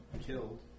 killed